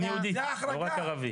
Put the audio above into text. גם יהודי, לא רק ערבי.